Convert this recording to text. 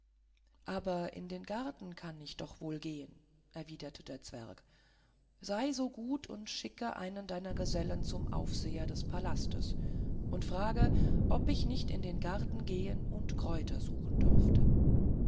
aber in den garten kann ich doch wohl gehen erwiderte der zwerg sei so gut und schicke einen deiner gesellen zum aufseher des palastes und frage ob ich nicht in den garten gehen und kräuter suchen dürfte